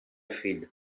fill